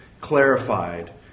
clarified